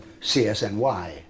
CSNY